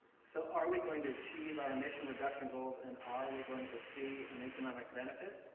so are we going to achieve our mission reduction goals and are we going to see an economic benefit?